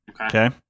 Okay